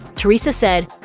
teresa said,